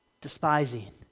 despising